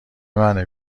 منه